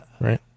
right